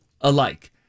alike